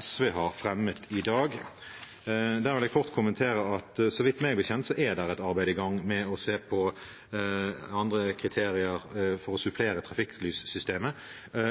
SV har fremmet i dag: Så vidt meg bekjent er det et arbeid i gang med å se på andre kriterier for å supplere trafikklyssystemet,